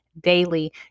daily